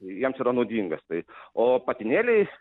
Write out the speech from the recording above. jiems yra naudingas tai o patinėliai